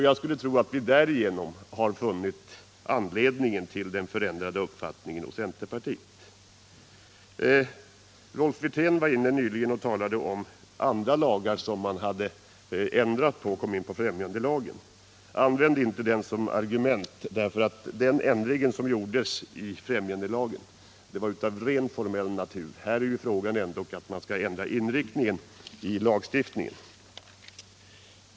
Jag tror att det är här vi kan finna anledningen till den ändrade uppfattningen. Rolf Wirfen talade nyss om andra lagar som man hade ändrat på, och han kom då in på främjandelagen. Använd inte det argumentet! Den ändring som gjordes i främjandelagen var av rent formell natur. I det här fallet är det ändå fråga om att få ändra inriktningen i lagstiftningen.